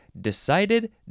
decided